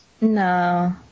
No